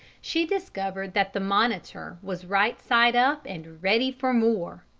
she discovered that the monitor was right side up and ready for more.